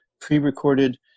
pre-recorded